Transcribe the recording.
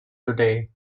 today